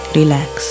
relax